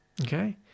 Okay